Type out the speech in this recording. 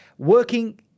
Working